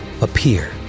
appear